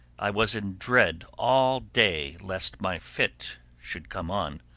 i was in dread all day lest my fit should come on.